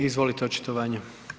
Izvolite, očitovanje.